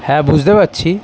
হ্যাঁ বুঝতে পারছি